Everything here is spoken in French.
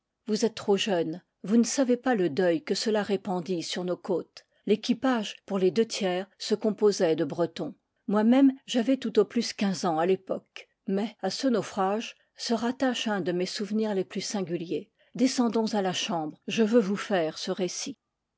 vous êtes trop jeune vous ne savez pas le deuil que cela répandit sur nos côtes l'équipage pour les deux tiers se composait de bretons moi-même j'avais tout au plus quinze ans à l'époque mais à ce naufrage se rattache un de mes souvenirs les plus singuliers descendons à la cham bre je veux vous faire ce récit